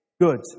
good